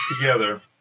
together